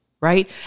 Right